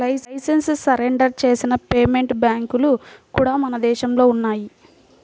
licence surrender చేసిన payment బ్యాంక్లు కూడా మన దేశంలో ఉన్నయ్యి